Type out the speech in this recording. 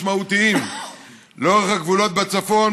ביטחוניים משמעותיים לאורך הגבולות בצפון,